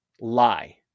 lie